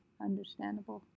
understandable